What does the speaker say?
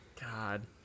God